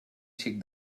xic